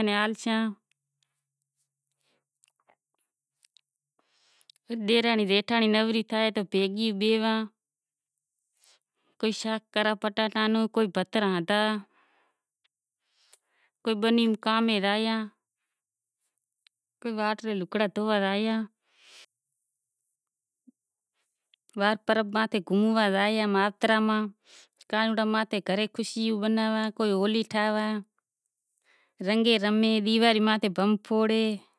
کریں سیں۔ ماں رو ڈیرانڑی جیٹھانڑی سے ماں ری ننڑند سے کانہوڑا ماتھے آوے ڈیواڑی ماتھے آوے گھوموا زائے امیں رانڑی باغ گھوموا زایاں حیدرٓباد ماں را سوکراں ناں شوق سے گھوموا نو ماں ری سوکری اسکوہل زائیشے ماں نیں جیٹھانڑی بھی سوکرو پرنڑایو سے ماں رو ڈیرانڑی جیٹھانڑی سے ماں ری ننڑند سے کانہوڑا ماتھے آوے ڈیواڑی ماتھے آوے گھوموا زائے امیں رانڑی باغ گھوموا زایاں حیدرٓباد ماں را سوکراں ناں شوق سے گھوموا نو ماں ری سوکری اسکوہل زائیشے